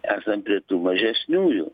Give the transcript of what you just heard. esam prie tų mažesniųjų